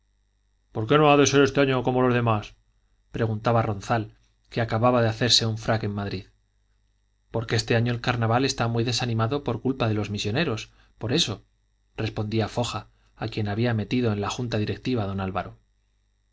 por qué no ha de ser este año como los demás preguntaba ronzal que acababa de hacerse un frac en madrid porque este año el carnaval está muy desanimado por culpa de los misioneros por eso respondía foja a quien había metido en la junta directiva don álvaro